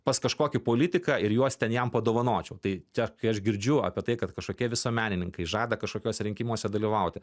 pas kažkokį politiką ir juos ten jam padovanočiau tai čia kai aš girdžiu apie tai kad kažkokie visuomenininkai žada kažkokiuose rinkimuose dalyvauti